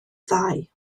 ddau